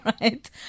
right